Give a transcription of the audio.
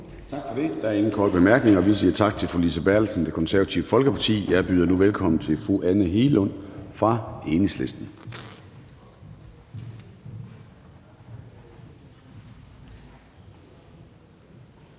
Gade): Der er ingen korte bemærkninger, så vi siger tak til fru Lise Bertelsen fra Det Konservative Folkeparti. Jeg byder nu velkommen til fru Anne Hegelund fra Enhedslisten. Kl.